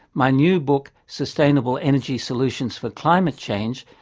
my new book, sustainable energy solutions for climate change,